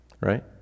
Right